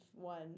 one